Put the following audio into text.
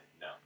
No